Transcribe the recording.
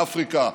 באפריקה,